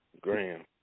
Graham